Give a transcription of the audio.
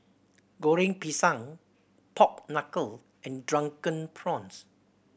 Goreng Pisang pork knuckle and Drunken Prawns